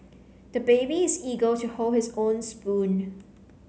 the baby is eager to hold his own spoon